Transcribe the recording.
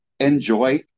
Enjoy